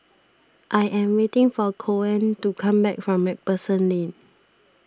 I am waiting for Coen to come back from MacPherson Lane